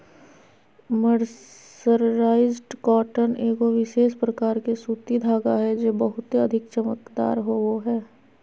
mercerised cotton एगो विशेष प्रकार के सूती धागा हय जे बहुते अधिक चमकदार होवो हय